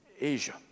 Asia